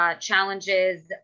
Challenges